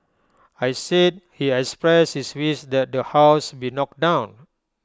I said he expressed his wish that the house be knocked down